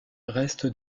reste